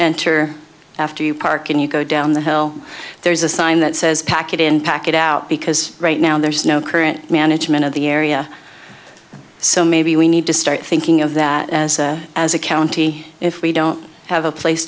enter after you park and you go down the hill there's a sign that says pack it in pack it out because right now there is no current management of the area so maybe we need to start thinking of that as a as a county if we don't have a place